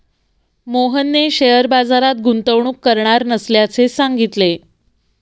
मोहनने शेअर बाजारात गुंतवणूक करणार नसल्याचे सांगितले